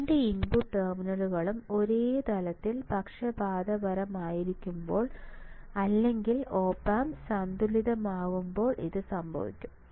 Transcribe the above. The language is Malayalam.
2 ഇൻപുട്ട് ടെർമിനലുകളും ഒരേ തലത്തിൽ പക്ഷപാതപരമായിരിക്കുമ്പോൾ അല്ലെങ്കിൽ ഒപ് ആമ്പ് സന്തുലിതമാകുമ്പോൾ ഇത് സംഭവിക്കും